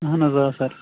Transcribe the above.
اہن حظ آ سَر